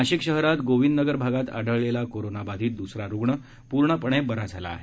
नाशिक शहरात गोंविद नगर भागात आढळलेला कोरोना बाधीत द्सरा रूग्ण पूर्णपणे बरा झाला आहे